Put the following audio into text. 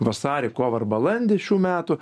vasarį kovą ar balandį šių metų